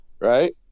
right